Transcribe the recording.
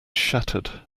shattered